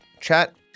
Chat